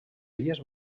illes